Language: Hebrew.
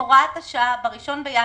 הוראת השעה ב-1 בינואר,